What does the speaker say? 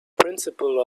principle